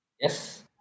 Yes